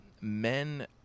men